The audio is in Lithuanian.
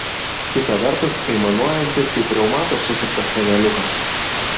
kita vertus aimanuojanti kaip reumato susuktas seneliukas